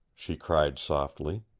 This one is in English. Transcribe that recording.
she cried softly.